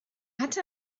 hatte